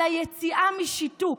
על היציאה משיתוק.